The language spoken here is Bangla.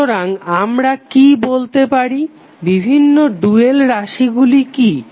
সুতরাং আমরা কি বলতে পারি বিভিন্ন ডুয়াল রাশিগুলি কি